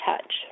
touch